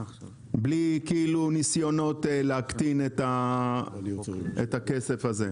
בלי ניסיונות להקטין את הכסף הזה.